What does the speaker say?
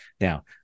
Now